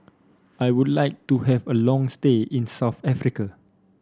I would like to have a long stay in South Africa